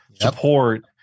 support